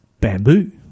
bamboo